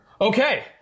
Okay